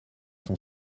son